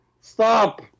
Stop